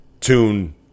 Tune